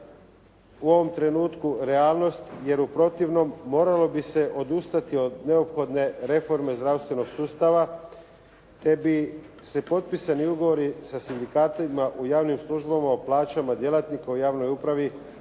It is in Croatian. u ovom trenutku realnost, jer u protivnom moralo bi se odustati od neophodne reforme zdravstvenog sustava te bi se potpisani ugovori sa sindikatima u javnim službama o plaćama djelatnika u javnoj upravi